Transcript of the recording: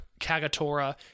Kagatora